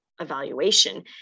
evaluation